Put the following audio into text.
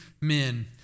men